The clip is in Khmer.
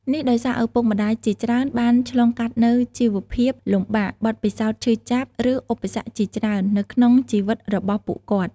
នេះដោយសារ ឪពុកម្ដាយជាច្រើនបានឆ្លងកាត់នូវ ជីវភាពលំបាក បទពិសោធន៍ឈឺចាប់ ឬឧបសគ្គជាច្រើន នៅក្នុងជីវិតរបស់ពួកគាត់។